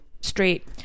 straight